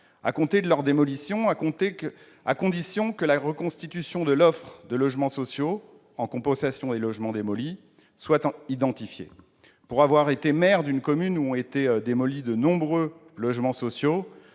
à compter de leur démolition, à condition que la reconstitution de l'offre de logements sociaux en compensation des logements démolis soit identifiée. Pour avoir été maire d'une commune où ont été démolis de nombreux logements sociaux,